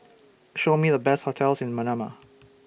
Show Me The Best hotels in Manama